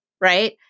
right